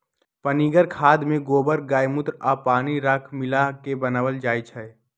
पनीगर खाद में गोबर गायमुत्र आ पानी राख मिला क बनाएल जाइ छइ